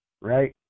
right